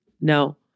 No